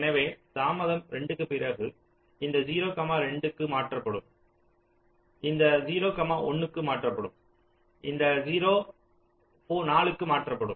எனவே தாமதம் 2 க்குப் பிறகு இந்த 0 2 க்கு மாற்றப்படும் இந்த 0 1 க்கு மாற்றப்படும் இந்த 0 4 க்கு மாற்றப்படும்